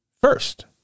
First